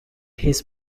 his